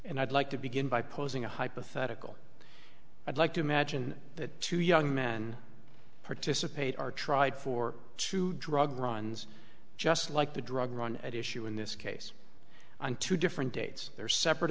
and i'd like to begin by posing a hypothetical i'd like to imagine that two young men participate are tried for two drug runs just like the drug run at issue in this case on two different dates they're separate